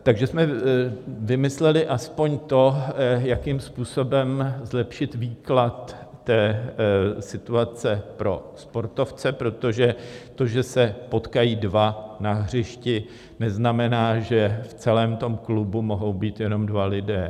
Takže jsme vymysleli aspoň to, jakým způsobem zlepšit výklad situace pro sportovce, protože to, že se potkají dva na hřišti, neznamená, že v celém tom klubu mohou být jenom dva lidé.